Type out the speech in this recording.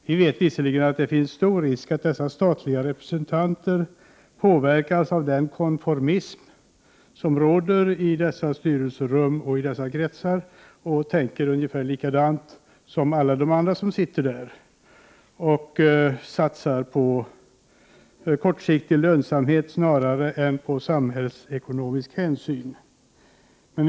Vi vet visserligen att det finns stor risk att dessa statliga representanter påverkas av den konformism som råder i dessa styrelserum och kretsar och att de tänker ungefär likadant som alla de andra som sitter där och satsar på kortsiktig lönsamhet snarare än på samhällsekonomisk hänsyn.